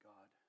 God